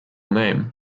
name